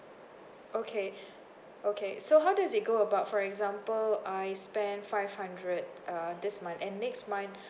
okay okay so how does it go about for example I spend five hundred uh this month and next month